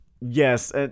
yes